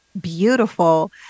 beautiful